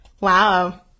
Wow